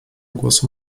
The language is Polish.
głosu